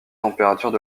températures